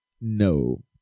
No